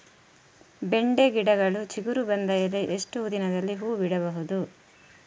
ಬೆಂಡೆ ಗಿಡಗಳು ಚಿಗುರು ಬಂದ ಮೇಲೆ ಎಷ್ಟು ದಿನದಲ್ಲಿ ಹೂ ಬಿಡಬಹುದು?